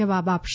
જવાબ આપશે